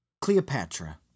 Cleopatra